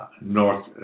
North